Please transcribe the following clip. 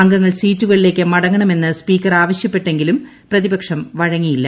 അംഗങ്ങൾ സ്ട്രീറ്റുകുളിലേക്ക് മടങ്ങണമെന്ന് സ്പീക്കർ ആവശ്യപ്പെട്ടെങ്കിലും പ്രതിപ്രിക്ഷ്മം വഴങ്ങിയില്ല